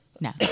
No